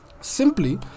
simply